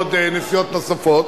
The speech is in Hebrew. ועוד נסיעות נוספות.